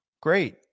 great